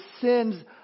sins